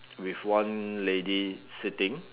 with one lady sitting